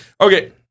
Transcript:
Okay